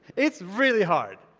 it's really hard.